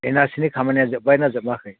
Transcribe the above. N R C नि खामानिया जोबबाय ना जोबाखै